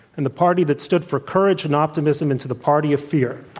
and the party that stood for courage and optimism into the party of fear.